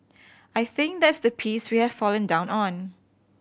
I think that's the piece we have fallen down on